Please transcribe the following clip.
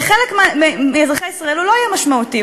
שלחלק מאזרחי ישראל הוא לא יהיה משמעותי,